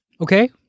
Okay